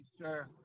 sir